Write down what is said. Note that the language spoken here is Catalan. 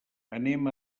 anem